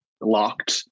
locked